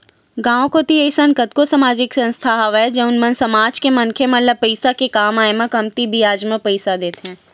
गाँव कोती अइसन कतको समाजिक संस्था हवय जउन मन समाज के मनखे मन ल पइसा के काम आय म कमती बियाज म पइसा देथे